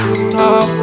stop